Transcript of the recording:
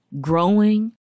growing